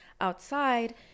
outside